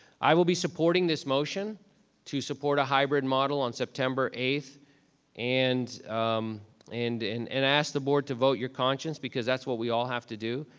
i will be supporting this motion to support a hybrid model on september eighth and um and and and ask the board to vote your conscience because that's what we all have to do.